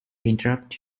interrupt